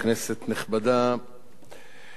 כנסת נכבדה,